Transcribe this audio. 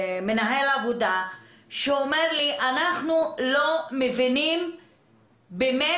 ממנהל עבודה שאומר לי: אנחנו לא מבינים באמת,